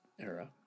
era